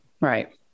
Right